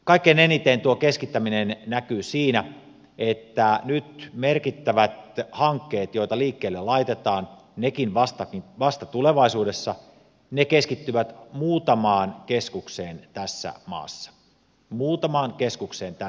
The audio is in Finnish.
kaikkein eniten tuo keskittäminen näkyy siinä että nyt merkittävät hankkeet joita liikkeelle laitetaan nekin vasta tulevaisuudessa keskittyvät muutamaan keskukseen tässä maassa muutamaan keskukseen tässä maassa